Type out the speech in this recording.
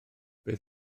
beth